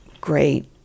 great